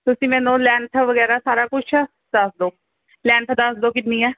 ਤੁਸੀਂ ਮੈਨੂੰ ਲੈਂਥ ਵਗੈਰਾ ਸਾਰਾ ਕੁਛ ਦੱਸ ਦਿਓ ਲੈਂਥ ਦੱਸ ਦਿਓ ਕਿੰਨੀ ਹੈ